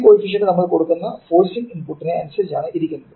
ഈ കോയിഫിഷിയെന്റ് നമ്മൾ കൊടുക്കുന്ന ഫോർസിങ് ഇൻപുട്ടിനെ അനുസരിച്ചാണ് ഇരിക്കുന്നത്